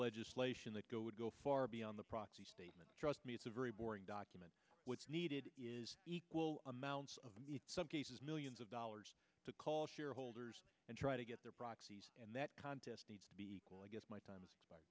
legislation that go would go far beyond the proxy statement trust me it's a very boring document which is needed is equal amounts of in some cases millions of dollars to call shareholders and try to get their proxies and that contest needs to be equal i guess my